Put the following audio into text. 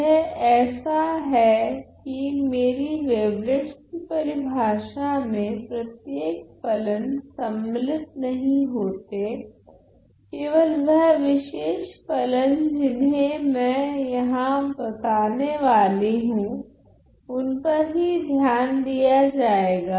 यह ऐसा है कि मेरी वेवलेट्स कि परिभाषा में प्रत्येक फलन सम्मिलित नहीं होते केवल वह विशेष फलन जिन्हे मैं यहाँ बताने वाली हूँ उन पर ही ध्यान दिया जाएगा